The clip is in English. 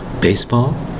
baseball